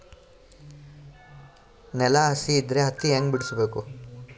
ನೆಲ ಹಸಿ ಇದ್ರ ಹತ್ತಿ ಹ್ಯಾಂಗ ಬಿಡಿಸಬೇಕು?